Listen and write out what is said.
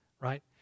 right